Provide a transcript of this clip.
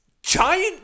Giant